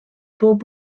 bob